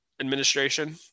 administration